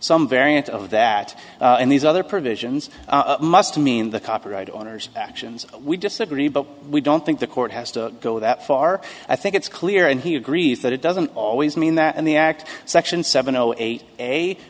some variant of that and these other provisions must mean the copyright owners actions we disagree but we don't think the court has to go that far i think it's clear and he agrees that it doesn't always mean that in the act section seven zero eight